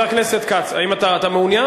האם אתה מעוניין?